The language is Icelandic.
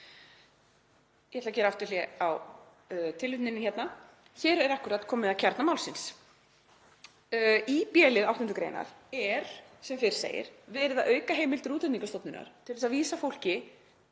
Ég ætla að gera aftur hlé á tilvitnuninni hérna. Hér er akkúrat komið að kjarna málsins. Í b-lið 8. gr. er sem fyrr segir verið að auka heimildir Útlendingastofnunar til þess að vísa fólki